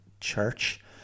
church